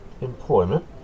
employment